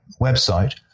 website